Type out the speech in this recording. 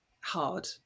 hard